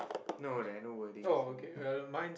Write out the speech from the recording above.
no there are no wordings in it